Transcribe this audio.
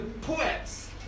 poets